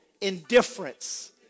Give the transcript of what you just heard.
Indifference